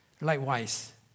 Likewise